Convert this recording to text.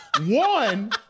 One